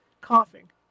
Coughing